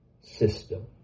system